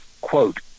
quote